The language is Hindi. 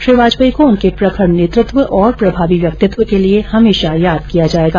श्री वाजपेयी को उनके प्रखर नेतृत्व और प्रभावी व्यक्तित्व के लिए हमेशा याद किया जाएगा